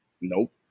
nope